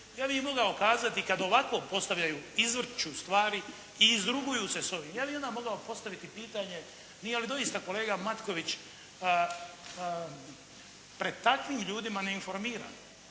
Ja bih im mogao kazati kada ovako postavljaju i izvrću stvari i izruguju se sa ovim, ja bih onda mogao postaviti pitanje nije li doista kolega Matković pred takvim ljudima neinformiran.